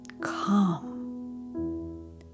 come